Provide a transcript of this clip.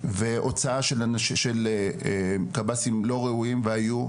והוצאה של קב"סים לא ראויים, והיו.